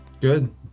Good